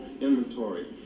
inventory